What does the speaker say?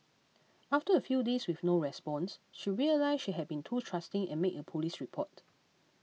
after a few days with no response she realised she had been too trusting and made a police report